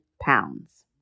pounds